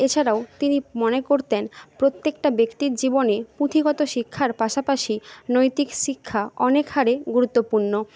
এছাড়াও তিনি মনে করতেন প্রত্যেকটা ব্যক্তির জীবনে পুঁথিগত শিক্ষার পাশাপাশি নৈতিক শিক্ষা অনেক হারে গুরুত্বপূর্ণ